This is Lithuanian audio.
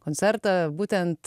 koncertą būtent